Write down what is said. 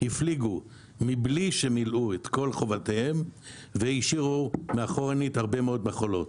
הפליגו בלי שמילאו את כל חובותיהן והשאירו מאחורנית הרבה מאוד מכולות.